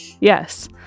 Yes